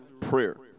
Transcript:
prayer